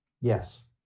yes